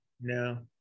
No